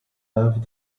loved